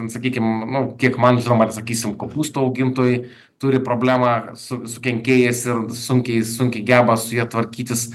ten sakykim nu kiek man žinoma sakysim kopūstų augintojai turi problemą su kenkėjais ir sunkiai sunkiai geba su ja tvarkytis